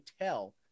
tell